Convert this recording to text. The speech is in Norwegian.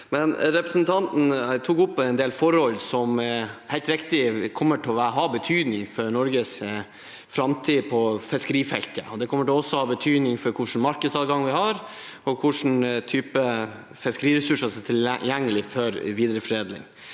Representanten tok opp en del forhold som det er helt riktig at kommer til å ha betydning for Norges fram tid på fiskerifeltet. Det kommer også til å ha betydning for hvilken markedsadgang vi har, og hvilken type fiskeriressurser som er tilgjengelige for videreforedling.